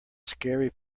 scary